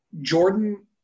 Jordan –